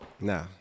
Nah